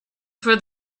for